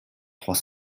trois